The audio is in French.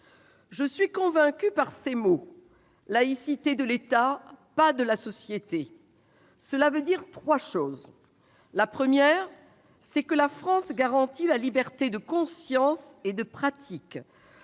Je suis convaincue par ces mots :« laïcité de l'État, pas de la société ». Cela veut dire trois choses. D'abord, cette expression signifie que la France garantit la liberté de conscience et de pratique,